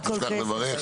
אל תשכח לברך.